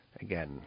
Again